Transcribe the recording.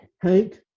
Hank